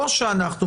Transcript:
או שאנחנו,